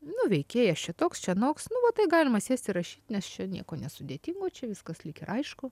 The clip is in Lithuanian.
nu veikėjas čia toks čia noks nu va tai galima sėst ir rašyt nes čia nieko nesudėtingo čia viskas lyg ir aišku